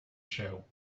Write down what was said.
show